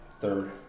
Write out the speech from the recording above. third